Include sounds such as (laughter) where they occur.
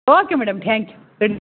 okay madam thank you (unintelligible)